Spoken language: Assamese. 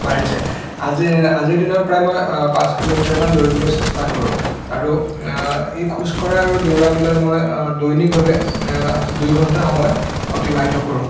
বাঢ়িছে আজিৰ আজিৰ দিনত প্ৰায় মই পাঁচ কিলোমিটাৰমান দৌৰিবলৈ চেষ্টা কৰোঁ আৰু এই খোজকঢ়া আৰু দৌৰা মিলাই মই দৈনিকভাৱে দুই ঘণ্টা সময় অতিবাহিত কৰোঁ